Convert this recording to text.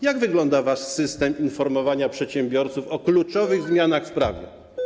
Jak wygląda wasz system informowania przedsiębiorców o kluczowych zmianach w prawie?